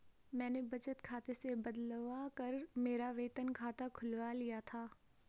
मैंने बचत खाते से बदलवा कर मेरा वेतन खाता खुलवा लिया था